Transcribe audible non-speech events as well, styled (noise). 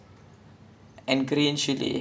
!wah! that [one] solid lah I like also (laughs)